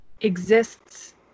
exists